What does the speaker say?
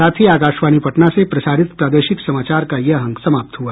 इसके साथ ही आकाशवाणी पटना से प्रसारित प्रादेशिक समाचार का ये अंक समाप्त हुआ